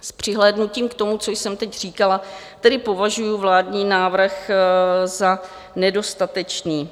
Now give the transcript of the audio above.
S přihlédnutím k tomu, co jsem teď říkala, tedy považuji vládní návrh za nedostatečný.